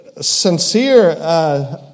sincere